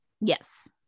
Yes